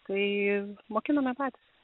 tai mokiname patys